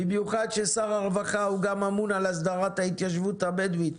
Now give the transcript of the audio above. במיוחד ששר הרווחה גם אמון על הסדרת ההתיישבות הבדווית.